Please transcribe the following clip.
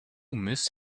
miss